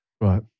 Right